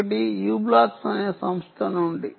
ఒకటి U blocks అనే సంస్థ నుండి